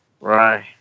Right